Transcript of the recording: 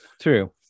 true